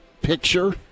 picture